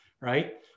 right